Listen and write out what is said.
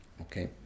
Okay